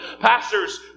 pastors